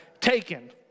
Taken